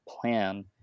plan